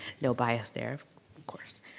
no bias there of course.